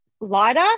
lighter